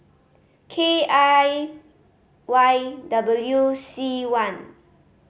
K I Y W C one